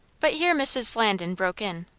but here mrs. flandin broke in.